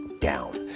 down